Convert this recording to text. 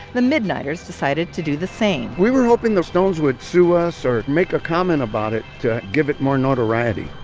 midniters decided to do the same we were hoping the stones would sue us or make a comment about it to give it more notoriety,